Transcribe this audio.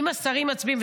אם השרים מצביעים בעד,